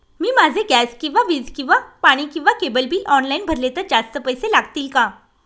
मी माझे गॅस किंवा वीज किंवा पाणी किंवा केबल बिल ऑनलाईन भरले तर जास्त पैसे लागतील का?